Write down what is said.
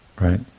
right